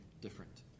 different